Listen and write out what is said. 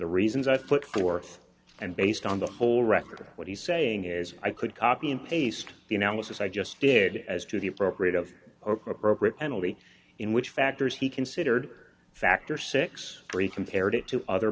the reasons i put forth and based on the whole record what he's saying is i could copy and paste the analysis i just did as to the appropriate of oprah appropriate penalty in which factors he considered a factor six break compared it to other